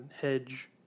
hedge